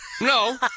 No